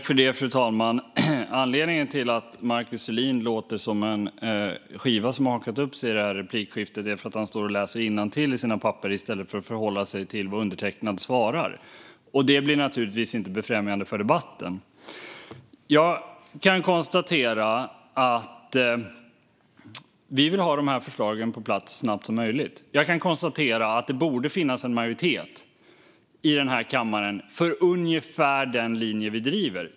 Fru talman! Anledningen till att Markus Selin låter som en skiva som har hakat upp sig i replikskiftet är att han står och läser innantill i sina papper i stället för att förhålla sig till vad undertecknad svarar. Det blir naturligtvis inte befrämjande för debatten. Jag kan konstatera att vi vill ha de här förslagen på plats så snabbt som möjligt. Jag kan konstatera att det borde finnas en majoritet i den här kammaren för ungefär den linje vi driver.